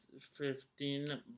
fifteen